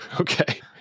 Okay